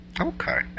Okay